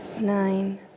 nine